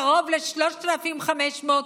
קרוב ל-3,500,